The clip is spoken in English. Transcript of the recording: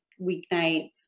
weeknights